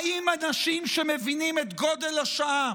האם אנשים שמבינים את גודל השעה